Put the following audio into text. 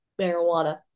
marijuana